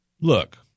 look